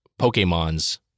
Pokemons